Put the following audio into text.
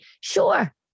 sure